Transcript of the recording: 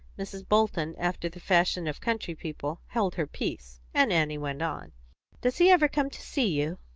mrs. bolton, after the fashion of country people, held her peace, and annie went on does he never come to see you?